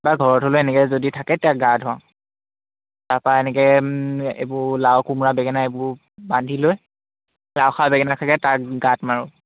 বা ঘৰত হ'লেও এনেকে যদি থাকে তাৰপা এনেকে এইবোৰ লাও কোমোৰা বেঙেনা এইবোৰ বান্ধি লৈ লাও খা বেঙেনা তাৰ গাঁত মাৰোঁ